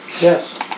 Yes